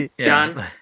John